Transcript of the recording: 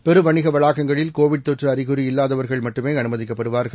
பெரு வணிக வளாகங்களில் கோவிட் தொற்று அறிகுறி இல்லாதவர்கள் மட்டுமே அனுமதிக்கப்படுவார்கள்